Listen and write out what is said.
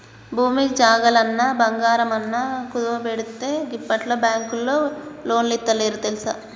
భూమి జాగలన్నా, బంగారమన్నా కుదువబెట్టందే గిప్పట్ల బాంకులోల్లు లోన్లిత్తలేరు తెల్సా